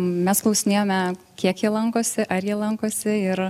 mes klausinėjame kiek jie lankosi ar jie lankosi ir